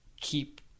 keep